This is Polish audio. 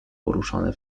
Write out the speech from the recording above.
poruszane